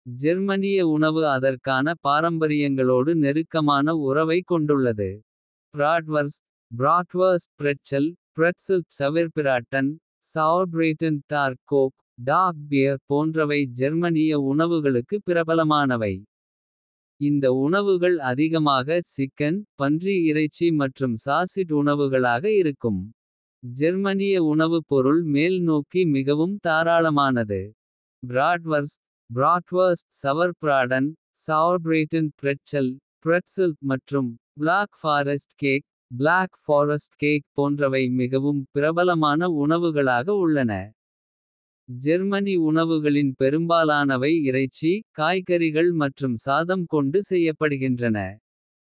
ஜெர்மனிய உணவு அதற்கான பாரம்பரியங்களோடு. நெருக்கமான உறவைக் கொண்டுள்ளது bratwurst. Pretzel sauerbraten dark coke. போன்றவை ஜெர்மனிய உணவுகளுக்கு பிரபலமானவை. இந்த உணவுகள் அதிகமாக சிக்கன் பன்றி இறைச்சி. மற்றும் சாஸிட் உணவுகளாக இருக்கும்.ஜெர்மனிய. உணவு பொருள் மேல் நோக்கி மிகவும் தாராளமானது. ப்ராட்வர்ஸ்ட் சவர் பிராடன் பிரெட்சல் மற்றும். பிளாக் ஃபாரெஸ்ட் கேக் போன்றவை மிகவும் பிரபலமான. உணவுகளாக உள்ளன ஜெர்மனி உணவுகளின். பெரும்பாலானவை இறைச்சி காய்கறிகள் மற்றும் சாதம். கொண்டு செய்யப்படுகின்றன.